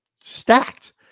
stacked